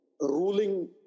ruling